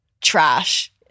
trash